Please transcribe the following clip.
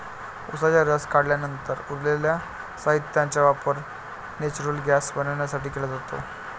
उसाचा रस काढल्यानंतर उरलेल्या साहित्याचा वापर नेचुरल गैस बनवण्यासाठी केला जातो